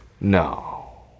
No